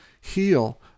heal